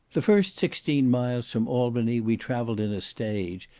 the first sixteen miles from albany we travelled in a stage,